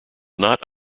not